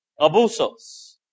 abusos